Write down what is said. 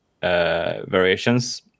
Variations